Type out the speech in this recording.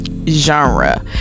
genre